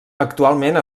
actualment